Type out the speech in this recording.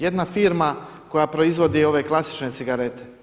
Jedna firma koja proizvodi ove klasične cigarete.